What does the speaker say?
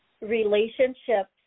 relationships